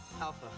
Alpha